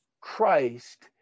Christ